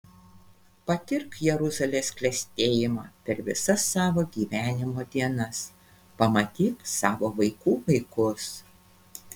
patirk jeruzalės klestėjimą per visas savo gyvenimo dienas pamatyk savo vaikų vaikus